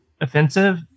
Offensive